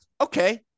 okay